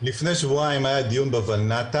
לפני שבועיים היה דיון בולנת"ע,